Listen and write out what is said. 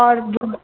और